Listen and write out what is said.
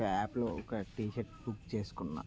ఒక యాప్లో ఒక టీ షర్ట్ బుక్ చేసుకున్నా